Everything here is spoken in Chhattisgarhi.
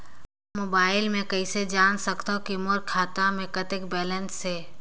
मोबाइल म कइसे जान सकथव कि मोर खाता म कतेक बैलेंस से?